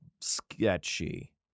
sketchy